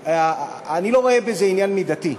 אני לא רואה בזה עניין מידתי,